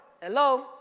Hello